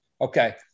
Okay